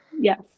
yes